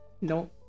No